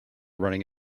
running